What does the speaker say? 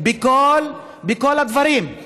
בכל הדברים.